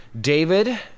David